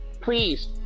please